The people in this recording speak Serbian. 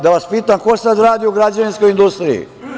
Da vas pitam, ko sada radi u građevinskoj industriji?